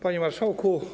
Panie Marszałku!